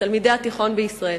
תלמידי התיכון בישראל,